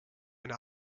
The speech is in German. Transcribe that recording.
eine